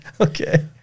Okay